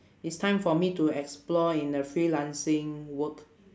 it's time for me to explore in the freelancing work